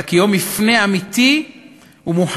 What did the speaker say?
אלא כיום מפנה אמיתי ומוחשי,